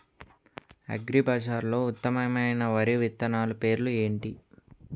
అగ్రిబజార్లో ఉత్తమమైన వరి విత్తనాలు పేర్లు ఏంటి?